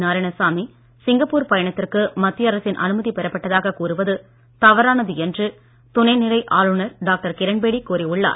Narayanasamy Singapore பயணத்திற்கு மத்திய அரசின் அனுமதி பெறப்பட்டதாகக் கூறுவது தவறானது என்று துணைநிலை ஆளுநர் டாக்டர் கிரண் பேடி கூறியுள்ளார்